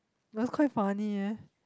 was quite funny eh